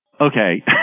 okay